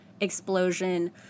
explosion